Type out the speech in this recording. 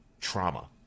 trauma